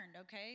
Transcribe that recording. Okay